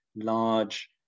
large